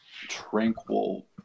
tranquil